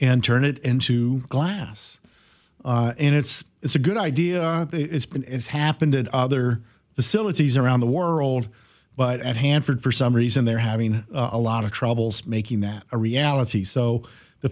and turn it into glass and it's it's a good idea and it's happened and other facilities around the world but at hanford for some reason they're having a lot of troubles making that a reality so the